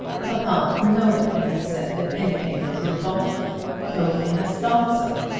papa, nobody has said that anything was your fault nobody has thought so.